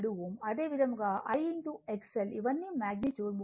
అదేవిధంగా I X L ఇవన్నీ magnitude 39